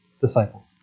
disciples